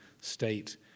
state